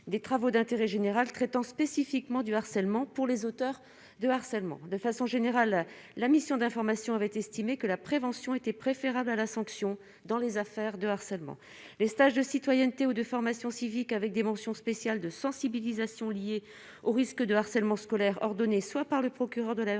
des travaux d'intérêt général, traitant spécifiquement du harcèlement pour les auteurs de harcèlement, de façon générale, la mission d'information avait estimé que la prévention était préférable à la sanction dans les affaires de harcèlement, les stages de citoyenneté ou de formation civique avec des mentions spéciales de sensibilisation lié au risque de harcèlement scolaire ordonnée, soit par le procureur de la